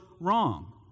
wrong